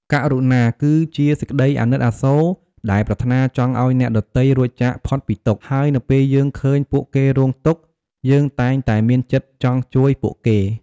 ករុណាគឺជាសេចក្តីអាណិតអាសូរដែលប្រាថ្នាចង់ឲ្យអ្នកដទៃរួចចាកផុតពីទុក្ខ ហើយនៅពេលយើងឃើញពួកគេរងទុក្ខ យើងតែងតែមានចិត្តចង់ជួយពួកគេ។